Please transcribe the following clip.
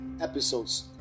episodes